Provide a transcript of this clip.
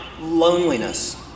loneliness